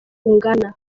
ungana